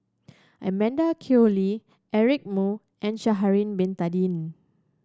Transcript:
Amanda Koe Lee Eric Moo and Sha'ari Bin Tadin